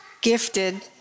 Gifted